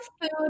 food